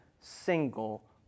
single